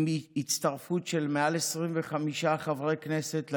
עם הצטרפות של מעל 25 חברי כנסת לדיון.